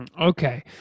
Okay